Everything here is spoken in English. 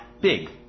Big